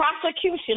prosecution